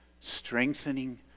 strengthening